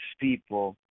people